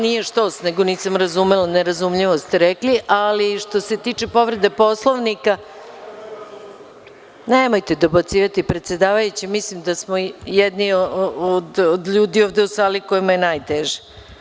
Nije štos, nego nisam razumela, nerazumljivo ste rekli, ali što se tiče povrede Poslovnika, nemojte dobacivati predsedavajućem, mislim da smo jedni od ljudi ovde u sali kojima je najteže.